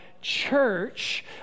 church